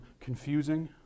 confusing